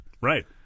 Right